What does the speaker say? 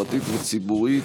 פרטית וציבורית,